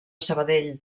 sabadell